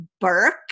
Burke